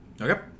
Okay